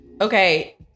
Okay